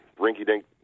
rinky-dink